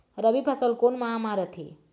रबी फसल कोन माह म रथे?